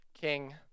king